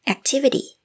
Activity